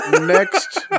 Next